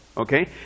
Okay